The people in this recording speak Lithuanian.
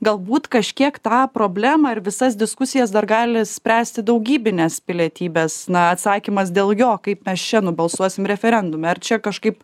galbūt kažkiek tą problemą ir visas diskusijas dar gali spręsti daugybinės pilietybės na atsakymas dėl jo kaip mes čia nubalsuosim referendume ar čia kažkaip